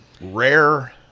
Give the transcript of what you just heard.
rare